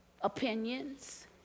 opinions